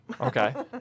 Okay